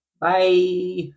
Bye